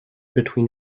between